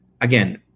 again